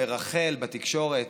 מרכל בתקשורת?